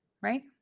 Right